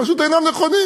פשוט אינם נכונים?